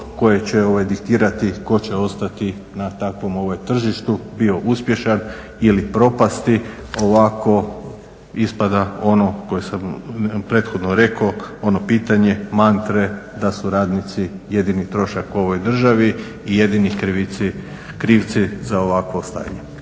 koje će diktirati tko će ostati na takvom tržištu bio uspješan ili propasti. Ovako ispada ono koje sam prethodno rekao ono pitanje mantre da su radnici jedini trošak u ovoj državi i jedini krivci za ovakvo stanje.